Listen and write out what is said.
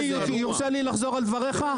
אדוני, יורשה לי לחזור על דבריך?